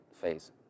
phase